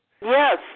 Yes